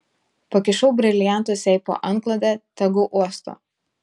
pakišau briliantus jai po antklode tegu uosto